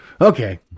Okay